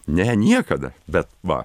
ne niekada bet va